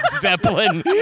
Zeppelin